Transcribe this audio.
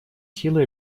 силы